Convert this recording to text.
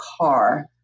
car